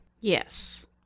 Yes